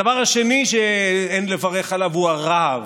הדבר השני שאין לברך עליו הוא הרהב.